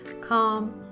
calm